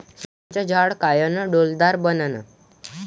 संत्र्याचं झाड कायनं डौलदार बनन?